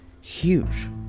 huge